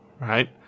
right